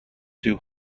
too